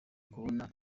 kubona